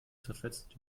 zerfetzte